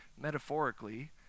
metaphorically